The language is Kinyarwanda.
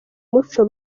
muco